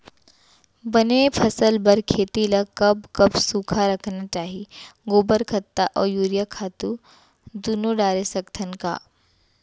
बने फसल बर खेती ल कब कब सूखा रखना चाही, गोबर खत्ता और यूरिया खातू दूनो डारे सकथन का?